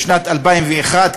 בשנת 2001,